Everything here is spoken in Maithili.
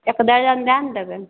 एक दर्जन दै ने देबै